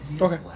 Okay